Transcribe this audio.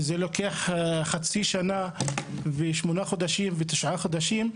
וזה לוקח חצי שנה ושמונה חודשים ותשעה חודשים,